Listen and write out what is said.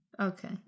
okay